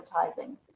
advertising